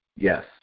Yes